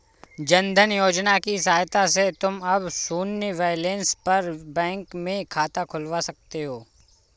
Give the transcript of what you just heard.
जन धन योजना की सहायता से तुम अब शून्य बैलेंस पर बैंक में खाता खुलवा सकते हो